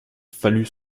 fallut